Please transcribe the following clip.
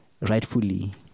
rightfully